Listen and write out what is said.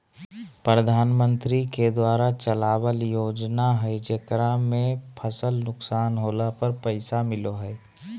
प्रधानमंत्री के द्वारा चलावल योजना हइ जेकरा में फसल नुकसान होला पर पैसा मिलो हइ